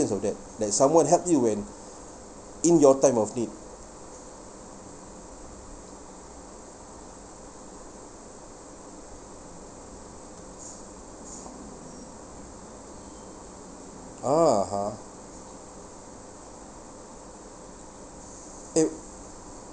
of that that someone helped you when in your time of need ah (uh huh) eh